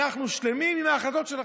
אנחנו שלמים עם ההחלטות שלכם.